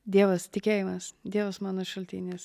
dievas tikėjimas dievas mano šaltinis